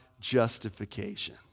justification